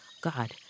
God